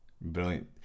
brilliant